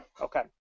Okay